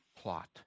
plot